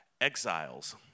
exiles